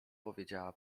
powiedziała